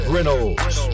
Reynolds